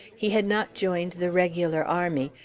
he had not joined the regular army,